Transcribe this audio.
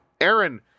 Aaron